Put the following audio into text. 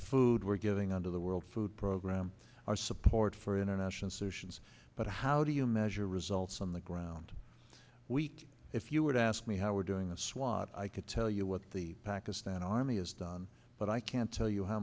food we're giving on to the world food program our support for international solutions but how do you measure results on the ground week if you were to ask me how we're doing the swat i could tell you what the pakistan army has done but i can't tell you how